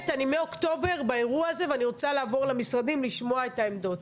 אני מאוקטובר באירוע הזה ואני רוצה לעבור למשרדים לשמוע את העמדות.